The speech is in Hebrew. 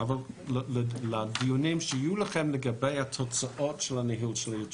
אבל לדיונים שלכם לגבי התוצאות של ניהול היתרות.